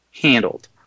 Handled